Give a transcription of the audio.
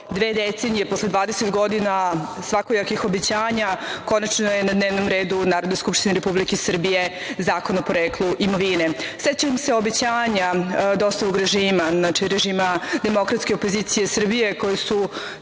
dve decenije, posle 20 godina svakojakih obećanja, konačno je na dnevnom redu u Narodnoj skupštini Republike Srbije Zakon o poreklu imovine. Sećam se obećanja dosovog režima, znači režima Demokratske opozicije Srbije, koji su